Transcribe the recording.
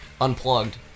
Unplugged